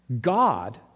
God